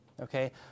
Okay